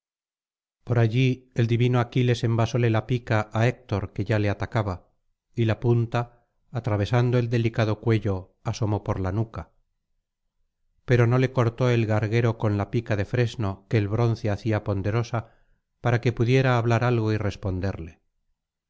por allí el divino aquiles envasóle la pica á héctor que ya le atacaba y la punta atravesando el delicado cuello asomó por la nuca pero no le cortó el garguero con la pica de fresno que el bronce hacía ponderosa para que pudiera hablar algo y responderle